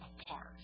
apart